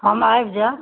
हम आबि जायब